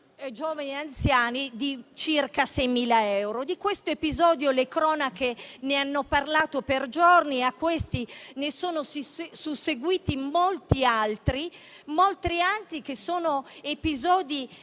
coppia di anziani di circa 6.000 euro. Di questo episodio le cronache hanno parlato per giorni e a questo ne sono seguiti molti altri. Sono episodi